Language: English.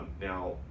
Now